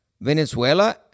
Venezuela